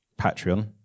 Patreon